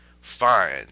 fine